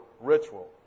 ritual